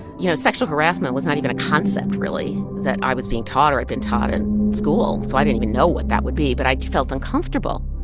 you know, sexual harassment was not even a concept, really, that i was being taught or had been taught in school. so i don't even know what that would be. but i felt uncomfortable.